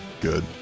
Good